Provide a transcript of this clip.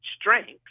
strengths